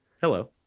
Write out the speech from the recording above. Hello